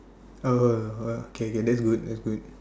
oh oh oh okay okay that's good that's good